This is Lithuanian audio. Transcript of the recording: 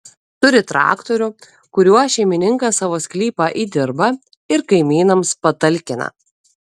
turi traktorių kuriuo šeimininkas savo sklypą įdirba ir kaimynams patalkina